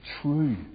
True